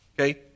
Okay